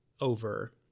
over